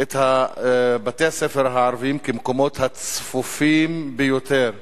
את בתי-הספר הערביים כמקומות הצפופים ביותר.